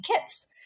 kits